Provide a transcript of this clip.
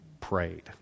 prayed